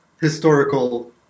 historical